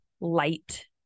light